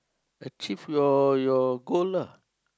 achieve your your goal lah